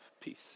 peace